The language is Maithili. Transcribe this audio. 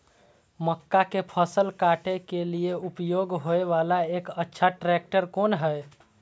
मक्का के फसल काटय के लिए उपयोग होय वाला एक अच्छा ट्रैक्टर कोन हय?